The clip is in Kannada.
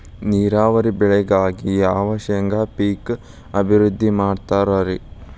ನೇರಾವರಿ ಬೆಳೆಗಾಗಿ ಯಾವ ಶೇಂಗಾ ಪೇಕ್ ಅಭಿವೃದ್ಧಿ ಮಾಡತಾರ ರಿ?